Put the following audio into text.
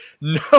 no